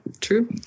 True